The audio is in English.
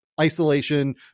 isolation